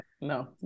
No